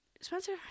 Spencer